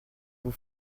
vous